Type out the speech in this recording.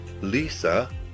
Lisa